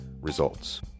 Results